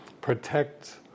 protect